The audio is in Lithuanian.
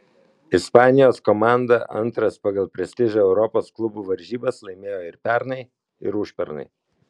ispanijos komanda antras pagal prestižą europos klubų varžybas laimėjo ir pernai ir užpernai